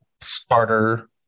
starter